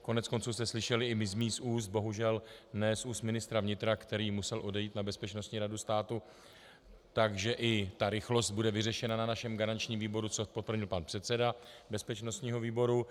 Koneckonců jste slyšeli i z mých úst, bohužel ne z úst ministra vnitra, který musel odejít na Bezpečnostní radu státu, že i ta rychlost bude vyřešena na našem garančním výboru, což potvrdil pan předseda bezpečnostního výboru.